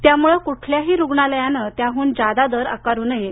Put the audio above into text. त्यामुळे कुठल्याही रूग्णालयाने त्याहून जादा दर आकारू नये